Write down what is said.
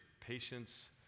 patience